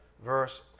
verse